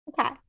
okay